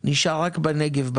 כך שנשאר רק ייבוא.